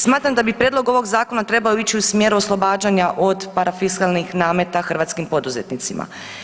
Smatram da bi prijedlog ovog zakona trebao ići u smjeru oslobađanja od parafiskalnih nameta hrvatskim poduzetnicima.